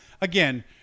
Again